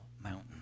mountain